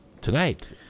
Tonight